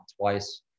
twice